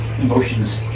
emotions